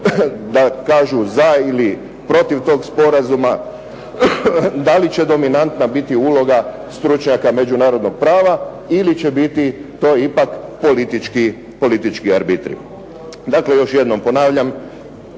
da kažu za ili protiv tog sporazuma, da li će dominantna biti uloga stručnjaka međunarodnog prava ili će biti to ipak politički arbitri. Dakle, još jednom ponavljam